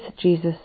Jesus